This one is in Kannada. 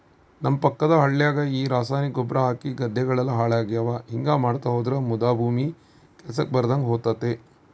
ನಮ್ಮ ಪಕ್ಕದ ಹಳ್ಯಾಗ ಈ ರಾಸಾಯನಿಕ ಗೊಬ್ರ ಹಾಕಿ ಗದ್ದೆಗಳೆಲ್ಲ ಹಾಳಾಗ್ಯಾವ ಹಿಂಗಾ ಮಾಡ್ತಾ ಹೋದ್ರ ಮುದಾ ಭೂಮಿ ಕೆಲ್ಸಕ್ ಬರದಂಗ ಹೋತತೆ